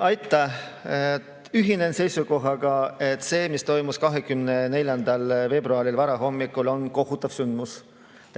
Aitäh! Ühinen seisukohaga, et see, mis toimus 24. veebruari varahommikul, on kohutav sündmus.